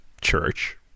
church